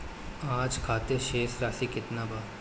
आज खातिर शेष राशि केतना बा?